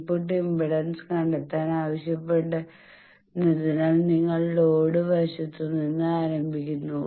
input impedance കണ്ടെത്താൻ ആവശ്യപ്പെടുന്നതിനാൽ നിങ്ങൾ ലോഡ് വശത്ത് നിന്ന് ആരംഭിക്കുന്നു